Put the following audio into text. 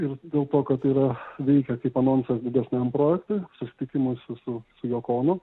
ir dėl to kad yra veikia kaip anonsas didesniam projektui susitikimui su su joko ono